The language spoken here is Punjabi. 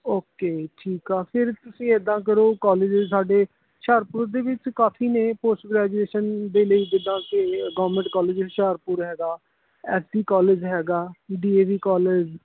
ਓਕੇ ਠੀਕ ਆ ਫਿਰ ਤੁਸੀਂ ਇੱਦਾਂ ਕਰੋ ਕੋਲਜ ਸਾਡੇ ਹੁਸ਼ਿਆਰਪੁਰ ਦੇ ਵਿੱਚ ਕਾਫੀ ਨੇੇੇੇੇ ਪੋਸਟ ਗ੍ਰੈਜੂਏਸ਼ਨ ਦੇ ਲਈ ਜਿੱਦਾਂ ਕਿ ਗੌਰਮੈਂਟ ਕੋਲਜ ਹੁਸ਼ਿਆਰਪੁਰ ਹੈਗਾ ਐਸ ਜੀ ਕੋਲਿਜ ਹੈਗਾ ਡੀ ਏ ਵੀ ਕੋਲਿਜ